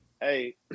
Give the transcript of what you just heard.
hey